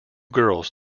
girls